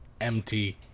empty